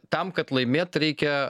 tam kad laimėt reikia